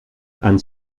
and